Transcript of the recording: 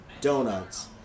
donuts